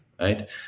right